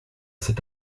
cet